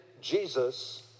Jesus